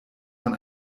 man